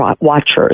watchers